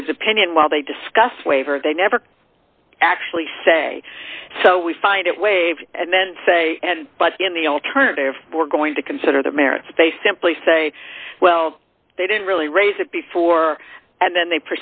board's opinion while they discuss waiver they never actually say so we find it waived and then say and but in the alternative we're going to consider their merits they simply say well they didn't really raise it before and then they